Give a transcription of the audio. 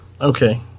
okay